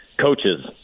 coaches